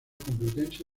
complutense